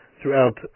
throughout